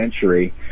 century